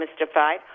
mystified